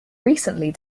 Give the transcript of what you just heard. recently